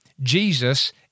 Jesus